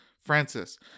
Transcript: Francis